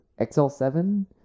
XL7